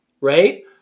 right